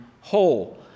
whole